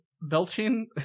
belching